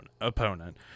opponent